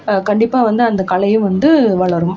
கண்டிப்பாக வந்து அந்த கலையும் வந்து வளரும்